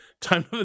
time